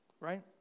Right